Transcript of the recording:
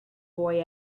boy